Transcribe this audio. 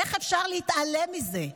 איך אפשר להתעלם מזה?